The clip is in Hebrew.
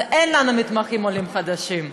אז אין לנו מתמחים עולים חדשים.